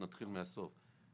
נתחיל מהסוף.